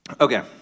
Okay